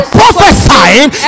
prophesying